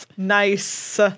Nice